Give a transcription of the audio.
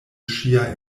ŝia